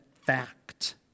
fact